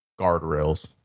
guardrails